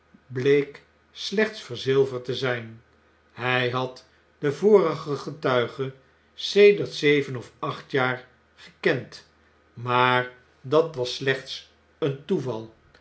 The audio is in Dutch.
bleek slechts verzilverd te zy'n hy had den vorigen getuige sedert zeven of acht jaren gekend maar dat was slechts een toeval